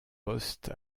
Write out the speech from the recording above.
poste